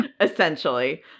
essentially